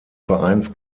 vereins